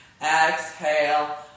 Exhale